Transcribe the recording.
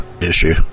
issue